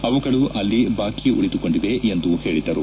ಅವುಗಳು ಅಲ್ಲಿ ಬಾಕಿ ಉಳಿದುಕೊಂಡಿವೆ ಎಂದು ಹೇಳಿದರು